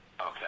okay